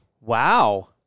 wow